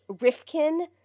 Rifkin